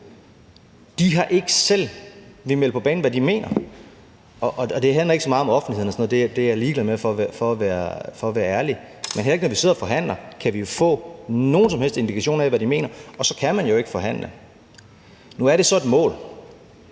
har ikke selv villet melde ud, hvad de mener. Det handler ikke så meget om offentligheden – det er jeg ligeglad med for at være ærlig – men heller ikke når vi sidder og forhandler, kan vi få nogen som helst indikation af, hvad de mener, og så kan man jo ikke forhandle. Nu er det så et mål,